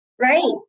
Right